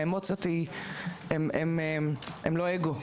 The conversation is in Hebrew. האמוציות הן לא אגו,